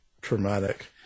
traumatic